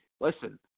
listen